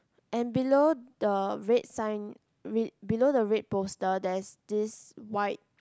and below the red sign red below the red poster there's this white